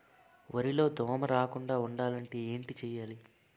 వరిలో దోమ రాకుండ ఉండాలంటే ఏంటి చేయాలి?